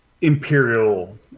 imperial